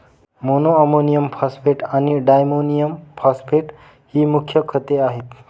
monoammonium phosphate आणि diammonium phosphate ही मुख्य खते आहेत